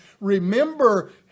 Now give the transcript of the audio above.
remember